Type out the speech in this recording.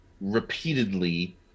repeatedly